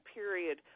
period